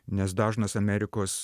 nes dažnas amerikos